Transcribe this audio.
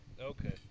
Okay